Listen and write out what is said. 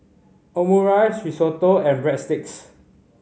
Omurice Risotto and Breadsticks